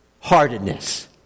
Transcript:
heartedness